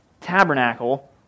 tabernacle